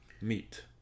Meat